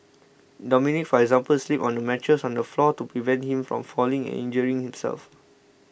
Dominic for example sleeps on a mattress on the floor to prevent him from falling and injuring himself